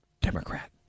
Democrat